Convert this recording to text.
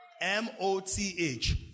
M-O-T-H